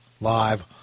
Live